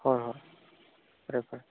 ꯍꯣꯏ ꯍꯣꯏ ꯐꯔꯦ ꯐꯔꯦ